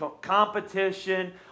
competition